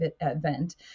event